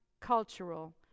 cultural